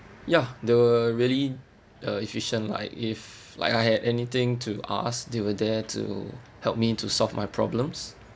ya the really uh efficient like if like I had anything to ask they were there to help me to solve my problems